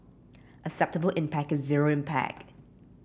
acceptable impact is zero impact